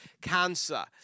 cancer